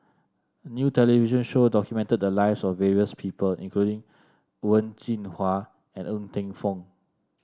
a new television show documented the lives of various people including Wen Jinhua and Ng Teng Fong